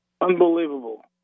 unbelievable